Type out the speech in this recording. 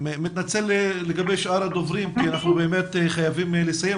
ריהאם תציג את עצמה.